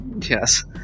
yes